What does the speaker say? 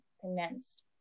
commenced